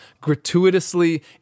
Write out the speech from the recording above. gratuitously